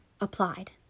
applied